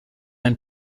ein